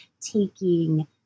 taking